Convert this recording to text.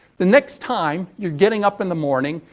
the next time you're getting up in the morning.